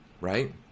Right